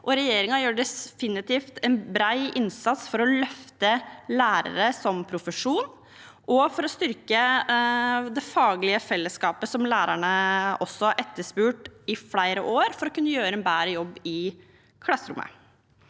regjeringen gjør definitivt en bred innsats for å løfte lærere som profesjon og for å styrke det faglige fellesskapet som også lærerne har etterspurt i flere år for å kunne gjøre en bedre jobb i klasserommet.